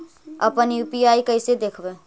अपन यु.पी.आई कैसे देखबै?